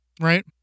right